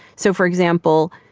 so for example,